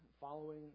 following